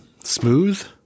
Smooth